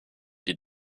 die